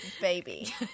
baby